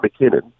McKinnon